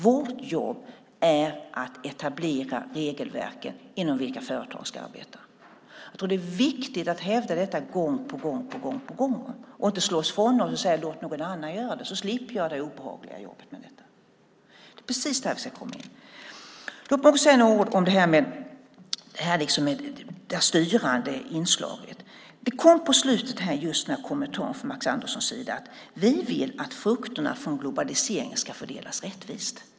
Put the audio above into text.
Vårt jobb är att etablera regelverken enligt vilka företag ska arbeta. Jag tror att det är viktigt att hävda detta gång på gång och inte slå ifrån oss och säga: Låt någon annan göra det, så slipper jag det obehagliga jobbet med detta. Låt mig också säga några ord om det styrande inslaget. På slutet här kom just kommentaren från Max Anderssons sida: Vi vill att frukterna från globaliseringen ska fördelas rättvist.